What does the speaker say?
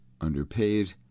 underpaid